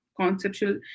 conceptual